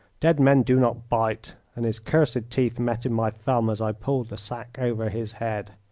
dead men do not bite, and his cursed teeth met in my thumb as i pulled the sack over his head.